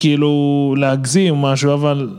כאילו להגזים או משהו אבל...